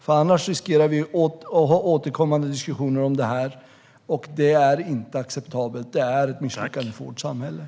Annars riskerar vi att ha återkommande diskussioner om det här, och det är inte acceptabelt. Det är ett misslyckande från samhället.